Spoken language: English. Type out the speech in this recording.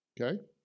Okay